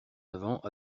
avant